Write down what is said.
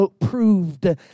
proved